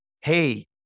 hey